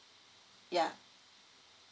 ya